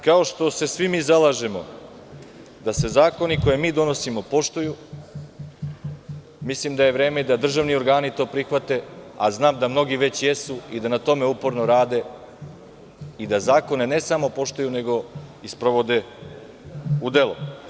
Kao što se vi mi zalažemo da se zakoni koje mi donosimo poštuju, mislim da je vreme da državni organi to prihvate, a znam da mnogi već jesu i da na tome uporno rade i da zakone, ne samo poštuju, nego i sprovode u delo.